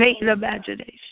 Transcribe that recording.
imagination